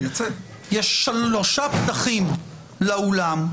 יש שלושה פתחים לאולם.